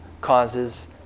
causes